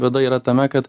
bėda yra tame kad